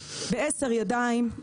בעשר ידיים,